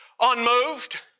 Unmoved